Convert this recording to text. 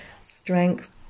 strength